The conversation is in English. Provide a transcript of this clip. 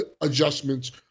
adjustments